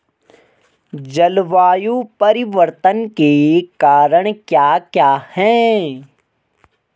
जलवायु परिवर्तन के कारण क्या क्या हैं?